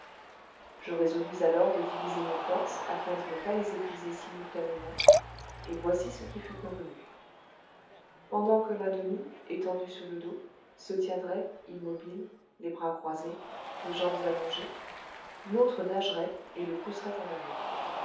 je résolus alors de diviser nos forces afin de ne pas les épuiser simultanément et voici ce qui fut convenu pendant que l'un de nous étendu sur le dos se tiendrait immobile les bras croisés les jambes allongées l'autre nagerait et le pousserait en avant